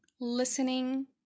listening